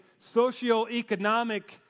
socioeconomic